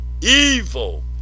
evil